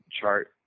chart